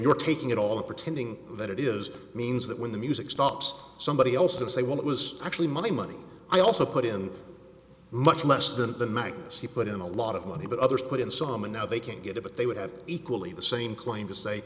you're taking it all the pretending that it is means that when the music stops somebody else to say when it was actually money money i also put in much less than the magnus he put in a lot of money but others put in some and now they can't get it but they would have equally the same claim to say